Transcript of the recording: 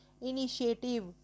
initiative